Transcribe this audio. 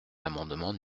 l’amendement